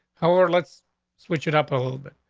how are let's switch it up a little bit?